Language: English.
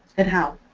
and how.